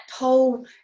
whole